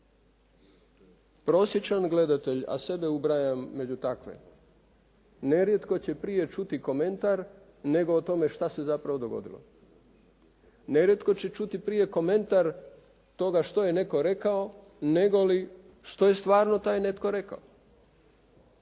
Prosječan gledatelj, a sebe ubrajam među takve, nerijetko će prije čuti komentar nego o tome šta se zapravo dogodilo. Nerijetko će čuti prije komentar toga što je netko rekao negoli što je stvarno taj netko rekao.